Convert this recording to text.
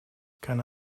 keine